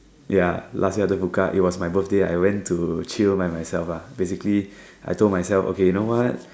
ya last year after Bukka it was my birthday I went to chill by myself lah basically I told myself okay you know what